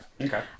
Okay